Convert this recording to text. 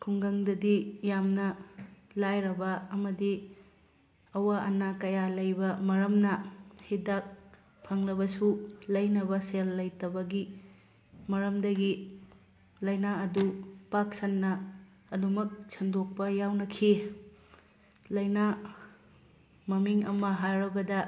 ꯈꯨꯡꯒꯪꯗꯗꯤ ꯌꯥꯝꯅ ꯂꯥꯏꯔꯕ ꯑꯃꯗꯤ ꯑꯋꯥ ꯑꯅꯥ ꯀꯌꯥ ꯂꯩꯕ ꯃꯔꯝꯅ ꯍꯤꯗꯥꯛ ꯐꯪꯂꯕꯁꯨ ꯂꯩꯅꯕ ꯁꯦꯜ ꯂꯩꯇꯕꯒꯤ ꯃꯔꯝꯗꯒꯤ ꯂꯥꯏꯅꯥ ꯑꯗꯨ ꯄꯥꯛꯁꯟꯅ ꯑꯗꯨꯝꯃꯛ ꯁꯟꯗꯣꯛꯄ ꯌꯥꯎꯅꯈꯤ ꯂꯥꯏꯅꯥ ꯃꯃꯤꯡ ꯑꯃ ꯍꯥꯏꯔꯕꯗ